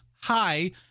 hi